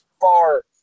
far